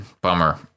Bummer